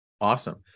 awesome